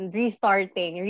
restarting